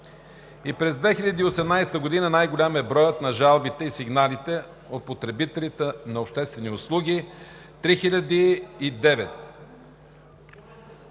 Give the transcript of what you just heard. И през 2018 г. най-голям е броят на жалбите и сигналите от потребителите на обществени услуги – 3009,